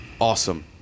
Awesome